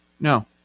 No